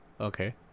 okay